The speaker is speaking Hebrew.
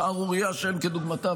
שערורייה שאין כדוגמתה,